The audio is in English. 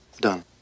Done